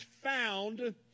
found